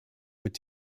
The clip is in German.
mit